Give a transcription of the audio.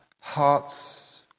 hearts